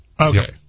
Okay